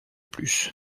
plus